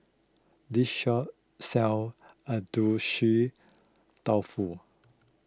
this shop sells Agedashi Dofu